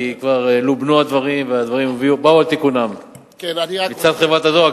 כי כבר לובנו הדברים והדברים באו על תיקונם מצד חברת הדואר,